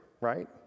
right